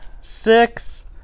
six